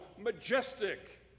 majestic